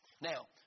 Now